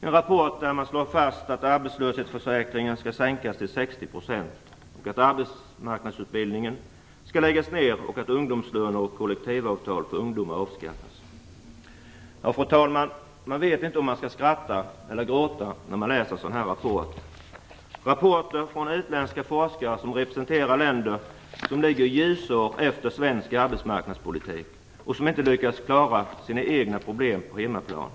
I rapporten slås fast att ersättningen i arbetslöshetsförsäkringen skall sänkas till 60 %, att arbetsmarknadsutbildningen skall läggas ner och att ungdomslöner och kollektivavtal för ungdomar skall avskaffas. Fru talman! Man vet inte om man skall skratta eller gråta när man läser en sådan här rapport. Rapporten är gjord av utländska forskare som representerar länder som ligger ljusår efter svensk arbetsmarknadspolitik och som inte har lyckats klara av att lösa sina egna problem på hemmaplan.